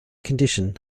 condition